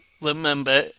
remember